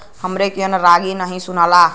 हमरे कियन रागी नही सुनाला